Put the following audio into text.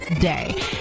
day